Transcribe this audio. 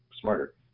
smarter